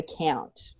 account